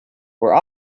where